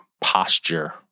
posture